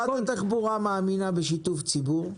שרת התחבורה מאמינה בשיתוף ציבור,